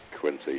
Quincy